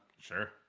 Sure